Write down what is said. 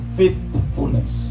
faithfulness